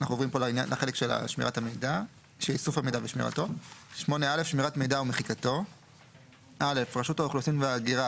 "שמירת מידע ומחיקתו 8א. (א)רשות האוכלוסין וההגירה